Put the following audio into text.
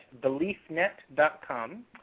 beliefnet.com